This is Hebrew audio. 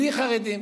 בלי חרדים,